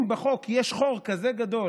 אם בחוק יש חור כזה גדול